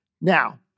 Now